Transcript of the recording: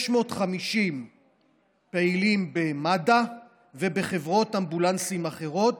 650 פעילים במד"א ובחברות אמבולנסים אחרות.